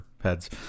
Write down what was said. heads